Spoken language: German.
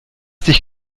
dich